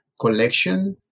collection